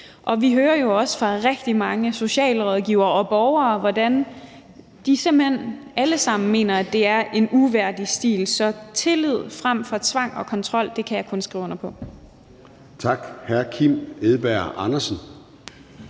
Og vi hører jo også fra alt for mange socialrådgivere og borgere, hvordan de simpelt hen alle sammen mener, at det er en uværdig stil. Så det med tillid frem for kontrol og tvang kan jeg kun skrive under på. Kl. 17:10 Formanden